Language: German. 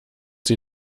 sie